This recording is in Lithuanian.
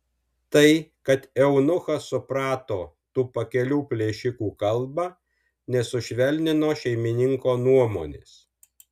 tai kad eunuchas suprato tų pakelių plėšikų kalbą nesušvelnino šeimininko nuomonės